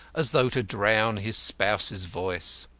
as though to drown his spouse's voice.